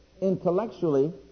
Intellectually